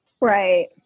right